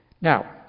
Now